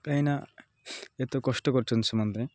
କାହିଁକିନା ଏତେ କଷ୍ଟ କରିଛନ୍ତି ସେମାନେ